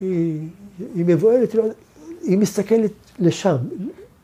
‫היא מבוהלת, היא מסתכלת לשם.